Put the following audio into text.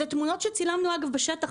אלה תמונות שצילמנו בשטח.